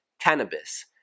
cannabis